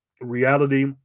reality